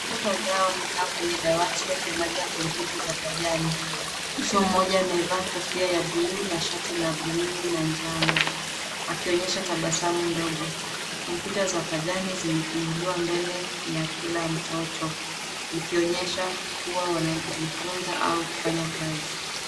Watoto kadhaa wamekaa kwenye dawati wakiangalia kompyuta za pajani. Mtoto mmoja amevaa kofia ya buluu na shati la buluu na njano, akionyesha tabasamu ndogo. Kompyuta za pajani zimefuguliwa mbele ya kila mtoto, zikionyesha kuwa wanajifuza au kufanya kazi.